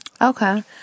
Okay